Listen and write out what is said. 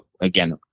again